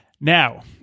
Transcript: Now